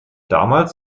damals